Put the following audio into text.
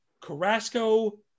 Carrasco